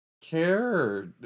care